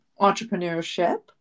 entrepreneurship